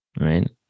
right